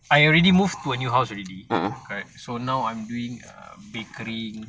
I already moved to a new house already correct so now I'm doing a bakery